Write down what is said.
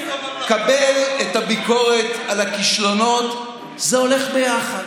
קבל את הביקורת על הכישלונות, זה הולך ביחד.